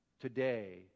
today